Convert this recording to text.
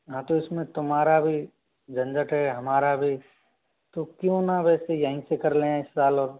हाँ तो इसमें तुम्हारा भी झंझट है हमारा भी तो क्यों न वैसे यहीं से कर लें इस साल और